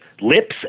lips